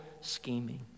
scheming